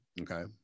Okay